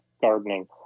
gardening